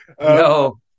No